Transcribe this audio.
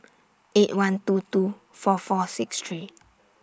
eight one two two four four six three